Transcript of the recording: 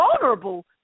vulnerable